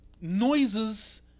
noises